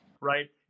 right